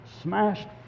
smashed